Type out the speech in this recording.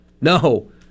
No